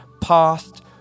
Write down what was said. past